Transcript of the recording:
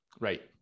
right